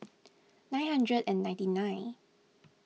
nine hundred and ninety nine